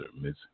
Miss